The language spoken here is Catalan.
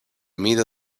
mida